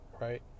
right